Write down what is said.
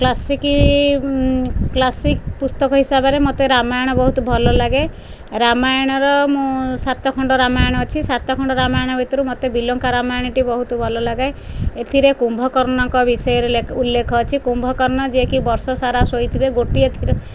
classic classic ପୁସ୍ତକ ହିସାବରେ ମୋତେ ରାମାୟଣ ବହୁତ ଭଲ ଲାଗେ ରାମାୟଣର ମୁଁ ସାତ ଖଣ୍ଡ ରାମାୟଣ ଅଛି ସାତ ଖଣ୍ଡ ଭିତରୁ ମୋତେ ବିଲଙ୍କା ରାମାୟଣଟି ମୋତେ ବହୁତ ଭଲ ଲାଗେ ଏଥିରେ କୁମ୍ଭକର୍ଣ୍ଣଙ୍କ ବିଷୟରେ ଉଲ୍ଲେଖ ହୋଇଛି କୁମ୍ଭକର୍ଣ୍ଣ ଯିଏକି ବର୍ଷସାରା ଶୋଇଥିବେ ଗୋଟିଏ